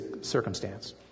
circumstance